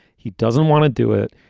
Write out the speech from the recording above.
he doesn't want to do it.